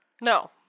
No